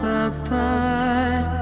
apart